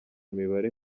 imibare